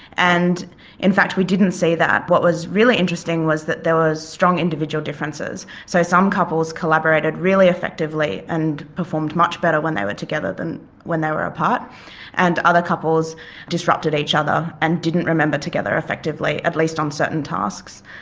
and in fact we didn't see that, what was really interesting was that there was strong individual differences. so some couples collaborated really effectively and performed much better when they were together than when they were apart and other couples disrupted each other and didn't remember together effectively at least on certain tasks.